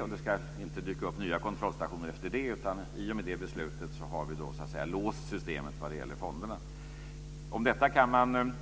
Och det ska inte dyka upp nya kontrollstationer efter det, utan i och med det beslutet har vi låst systemet vad det gäller fonderna. Om detta kan man